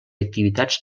activitats